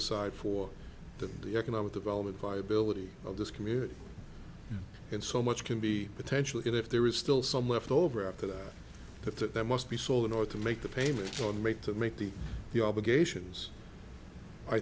aside for the economic development viability of this community and so much can be potentially if there is still some left over after the there must be so in order to make the payments on make to make the the obligations i